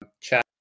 chat